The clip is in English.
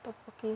oh okay